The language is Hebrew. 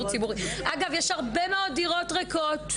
אגב, יש הרבה מאוד דירות ריקות.